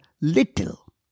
little